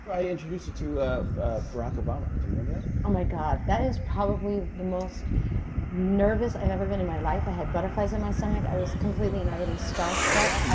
i introduced you to barack obama? do you remember that? oh, my god. that is probably the most nervous i've ever been in my life. i had butterflies in my stomach. i was completely and utterly starstruck.